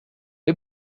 est